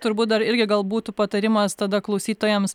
turbūt dar irgi gal būtų patarimas tada klausytojams